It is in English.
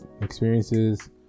experiences